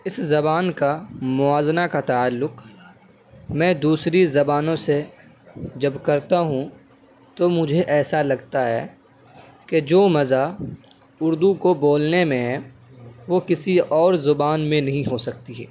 اس زبان کا موازنہ کا تعلق میں دوسری زبانوں سے جب کرتا ہوں تو مجھے ایسا لگتا ہے کہ جو مزہ اردو کو بولنے میں ہے وہ کسی اور زبان میں نہیں ہو سکتی ہے